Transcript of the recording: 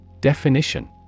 Definition